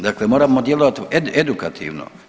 Dakle, moramo djelovati edukativno.